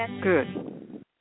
good